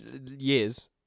years